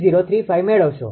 003035 મેળવશો